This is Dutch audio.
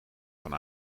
van